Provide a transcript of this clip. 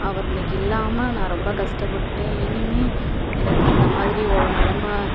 அவரு இன்னைக்கி இல்லாமல் நான் ரொம்ப கஸ்டப்பட்டுட்டேன் இனிமேல் எனக்கு அந்தமாதிரி ஒரு நிலம